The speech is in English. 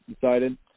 decided